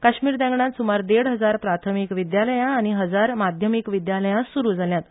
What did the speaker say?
काश्मिर देगणात सुमार देड हजार प्राथमिक विद्यालया आनी एक हजार माध्यमिक विद्यालया सुरु जाल्यात